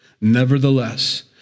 Nevertheless